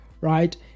right